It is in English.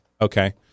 Okay